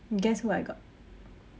guess who I got